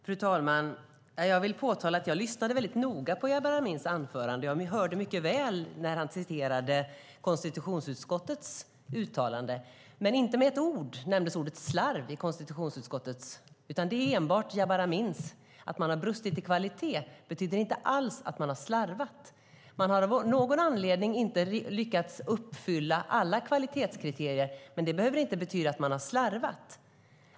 Fru talman! Jag vill framhålla att jag lyssnade väldigt noga på vad Jabar Amins anförande, och jag hörde mycket väl när han citerade konstitutionsutskottets uttalande. Ordet slarv nämndes inte av konstitutionsutskottet. Det är Jabar Amins ord. Att man har brustit i kvalitet betyder inte alls att man har slarvat. Man har av någon anledning inte lyckats uppfylla alla kvalitetskriterier, men det behöver inte betyda att man har slarvat.